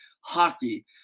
hockey